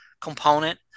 component